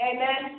Amen